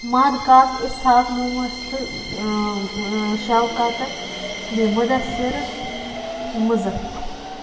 مہد کاک اِسحاق تہٕ شوکَتہٕ بیٚیہِ مُدَثر مُزٕ